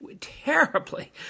terribly